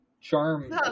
charm